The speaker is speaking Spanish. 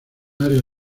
áreas